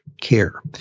care